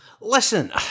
Listen